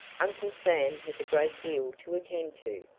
uncle sam has a great deal to attend to.